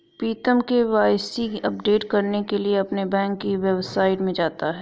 प्रीतम KYC update करने के लिए अपने बैंक की वेबसाइट में जाता है